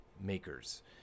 makers